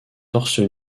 torse